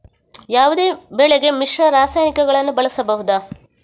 ಯಾವುದೇ ಬೆಳೆಗೆ ಮಿಶ್ರ ರಾಸಾಯನಿಕಗಳನ್ನು ಬಳಸಬಹುದಾ?